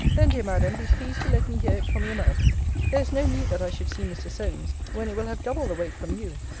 then, dear madam, be pleased to let me hear it from your mouth there is no need that i should see mr. solmes, when it will have double the weight from you.